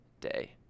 day